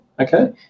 okay